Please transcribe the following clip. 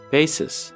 Basis